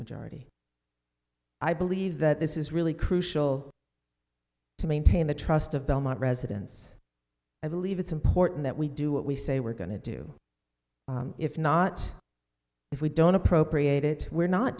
majority i believe that this is really crucial to maintain the trust of belmont residents i believe it's important that we do what we say we're going to do if not if we don't appropriate it we're not